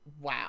Wow